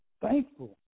thankful